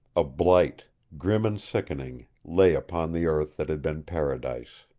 a blight, grim and sickening, lay upon the earth that had been paradise.